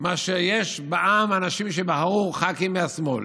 מאשר אנשים בעם שבחרו ח"כים מהשמאל.